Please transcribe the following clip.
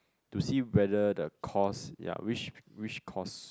to see whether the course ya which which course